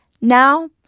Now